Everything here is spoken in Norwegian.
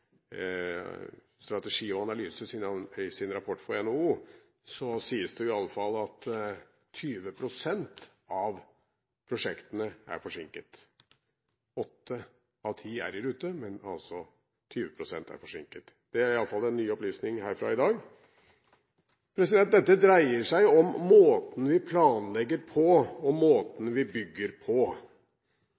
Analyse & Strategis rapport for NHO, sies det iallfall at 20 pst. av prosjektene er forsinket. Åtte av ti er i rute, men 20 pst. er forsinket. Det er den nye opplysningen herfra i dag. Dette dreier seg om måten vi planlegger på, og måten vi bygger på.